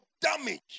damage